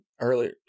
Earlier